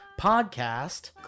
podcast